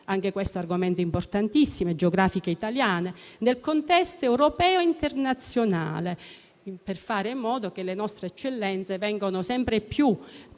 (anche questo è un argomento importantissimo) nel contesto europeo e internazionale, per fare in modo che le nostre eccellenze vengano sempre più